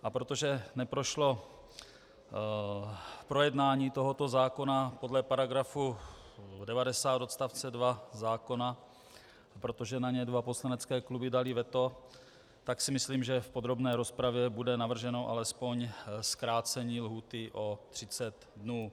A protože neprošlo projednání tohoto zákona podle § 90 odst. 2 zákona, protože na ně dva poslanecké kluby daly veto, tak si myslím, že v podrobné rozpravě bude navrženo alespoň zkrácení lhůty o 30 dnů.